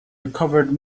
recovered